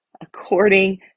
according